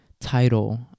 title